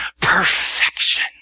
Perfection